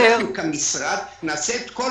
אנחנו במשרד נעשה את כל